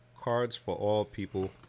CardsForAllPeople